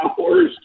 hours